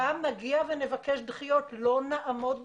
גם נגיע ונבקש דחיות, לא נעמוד בזה.